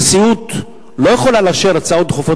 הנשיאות לא יכולה לאשר הצעות דחופות